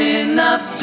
enough